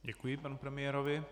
Děkuji panu premiérovi.